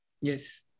yes